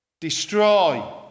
destroy